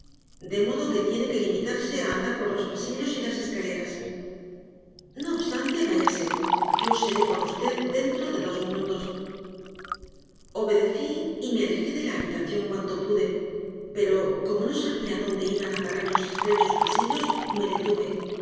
de modo que tiene que limitarse a andar por los pasillos y las escaleras no obstante váyase yo seré con usted dentro de dos minutos obedecí y me alejé de la habitación cuanto pude pero como no sabía adónde iban a parar los estrechos pasillos me detuve